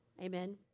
Amen